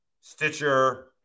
Stitcher